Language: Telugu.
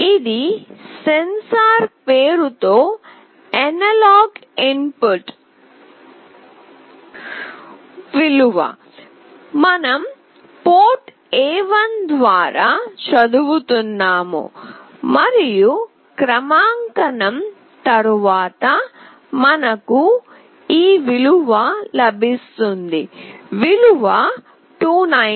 ఇది సెన్సార్ పేరుతో అనలాగ్ ఇన్ పుట్ విలువ మనం పోర్ట్ A1 ద్వారా చదువుతున్నాము మరియు క్రమాంకనం తరువాత మనకు ఈ విలువ లభిస్తుంది విలువ 297